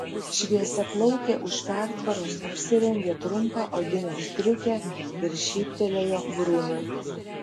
šviesiaplaukė už pertvaros apsirengė trumpą odinę striukę ir šyptelėjo brunui